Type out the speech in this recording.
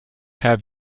have